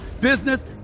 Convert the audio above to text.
business